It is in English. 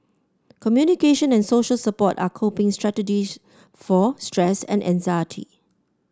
communication and social support are coping strategies for stress and anxiety